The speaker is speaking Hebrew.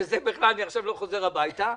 שבכלל, אני עכשיו לא חוזר הביתה,